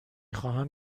خواهم